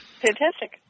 Fantastic